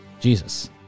Jesus